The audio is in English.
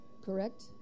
correct